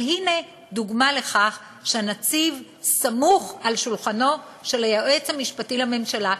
אבל הנה דוגמה לכך שהנציב סמוך על שולחנו של היועץ המשפטי לממשלה,